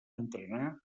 entrenar